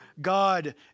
God